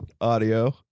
audio